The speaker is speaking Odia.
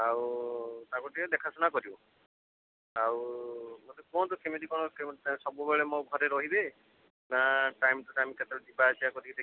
ଆଉ ତାଙ୍କୁ ଟିକିଏ ଦେଖାଶୁଣା କରିବ ଆଉ ମୋତେ କୁହନ୍ତୁ କେମିତି କ'ଣ ସବୁବେଳେ ମୋ ଘରେ ରହିବେ ନା ଟାଇମ୍ ଟୁ ଟାଇମ୍ କେତେବେଳେ ଯିବା ଆସିବା କରିକି ଦେଖିବେ